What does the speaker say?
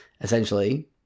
essentially